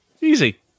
Easy